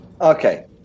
Okay